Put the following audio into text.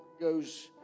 goes